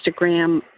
Instagram